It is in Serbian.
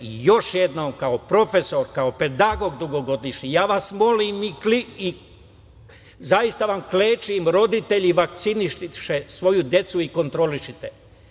Još jednom, kao profesor, kao pedagog dugogodišnji, molim vas i zaista vam klečim, roditelji, vakcinišite svoju decu i kontrolišite.